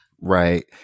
Right